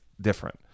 different